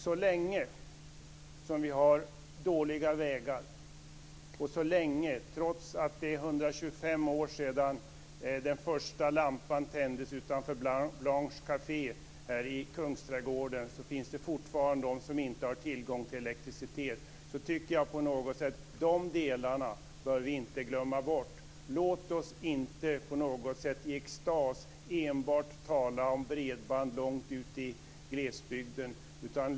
Så länge vi har dåliga vägar och så länge det fortfarande finns de, trots att det är 125 år sedan den första lampan tändes utanför Blanche kafé i Kungsträdgården, som inte har tillgång till elektricitet tycker jag på något sätt att vi inte bör glömma bort de delarna. Låt oss inte på något sätt i extas enbart tala om bredband långt ut i glesbygden.